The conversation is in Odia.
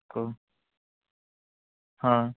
କୁହ ହଁ